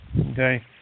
Okay